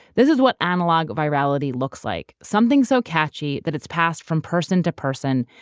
this is what analog virality looks like, something so catchy that it's passed from person to person,